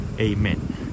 Amen